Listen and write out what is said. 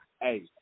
Hey